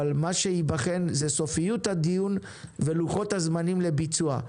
מה שייבחן זה סופיות הדיון ולוחות הזמנים לביצוע.